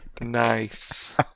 nice